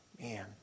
man